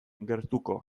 gertuko